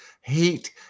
hate